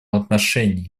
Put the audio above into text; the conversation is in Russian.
отношении